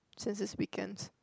since it's weekends